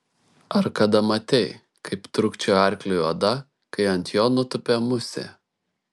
ar kada matei kaip trūkčioja arkliui oda kai ant jo nutupia musė